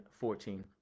14